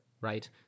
right